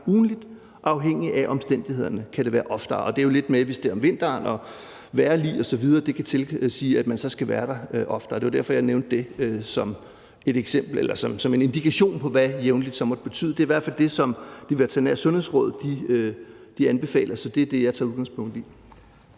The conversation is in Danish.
ugentligt, og afhængigt af omstændighederne kan det være oftere. Og det er jo lidt noget med, hvis det er om vinteren, vejrlig osv. Det kan tilsige, at man så skal være der oftere. Det var derfor, jeg nævnte det som et eksempel eller som en indikation på, hvad jævnligt så måtte betyde. Det er i hvert fald det, som Det Veterinære Sundhedsråd anbefaler, så det er det, jeg tager udgangspunkt i.